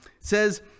says